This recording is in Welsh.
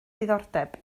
diddordeb